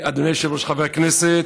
אדוני היושב-ראש, חברי הכנסת,